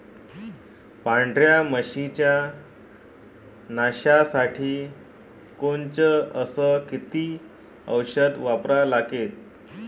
पांढऱ्या माशी च्या नाशा साठी कोनचं अस किती औषध वापरा लागते?